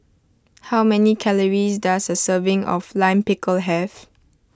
how many calories does a serving of Lime Pickle have